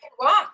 walk